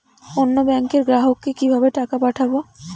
অন্য ব্যাংকের গ্রাহককে কিভাবে টাকা পাঠাবো?